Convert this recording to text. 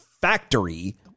factory